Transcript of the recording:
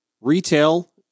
retail